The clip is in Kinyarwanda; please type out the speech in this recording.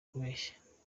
kubeshya